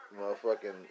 motherfucking